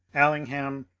allingham,